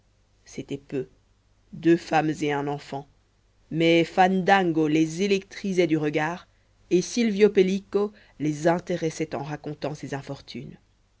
c'était peu deux femmes et un enfant mais fandango les électrisait du regard et silvio pellico les intéressait en racontant ses infortunes